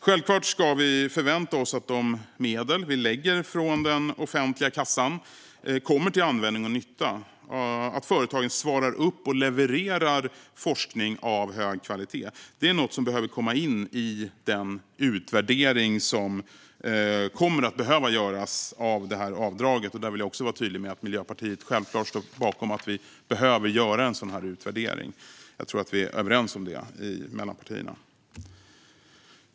Självklart ska vi förvänta oss att de medel vi lägger från den offentliga kassan kommer till användning och nytta och att företagen svarar upp och levererar forskning av hög kvalitet. Det är något som behöver komma in i den utvärdering som behöver göras av detta avdrag. Jag vill vara tydlig med att Miljöpartiet självklart står bakom att vi behöver göra en sådan utvärdering. Jag tror att vi är överens om det mellan partierna.